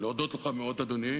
שכנראה מכירים פחות את התקנון,